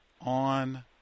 on